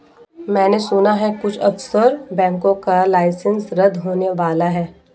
मैने सुना है कुछ ऑफशोर बैंकों का लाइसेंस रद्द होने वाला है